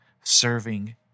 serving